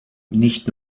nicht